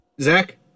Zach